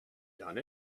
done